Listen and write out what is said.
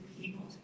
people